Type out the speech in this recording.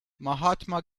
mahatma